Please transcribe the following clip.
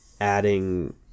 adding